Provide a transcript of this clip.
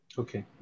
okay